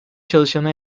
çalışanı